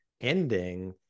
ending